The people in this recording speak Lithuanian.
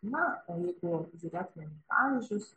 na o jeigu žiūrėtumėm pavyzdžius